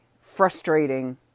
frustrating